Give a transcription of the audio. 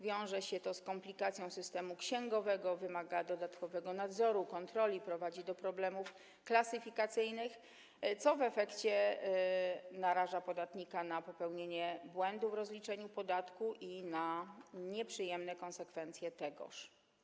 Wiąże się to z komplikacją systemu księgowego, wymaga dodatkowego nadzoru, kontroli, prowadzi do problemów klasyfikacyjnych, co w efekcie naraża podatnika na popełnienie błędu w rozliczeniu podatku i na nieprzyjemne konsekwencje tegoż.